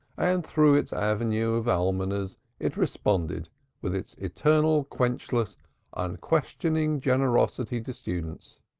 and through its avenue of almoners it responded with its eternal quenchless unquestioning generosity to students.